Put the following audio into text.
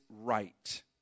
right